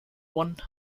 one